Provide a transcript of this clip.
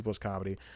comedy